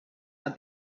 are